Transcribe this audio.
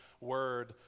word